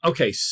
Okay